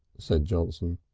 said johnson.